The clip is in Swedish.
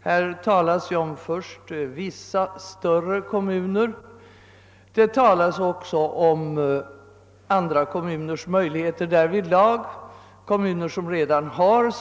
Här talas det först om vissa större kommuner, och det talas sedan om att också andra kommuner, som redan har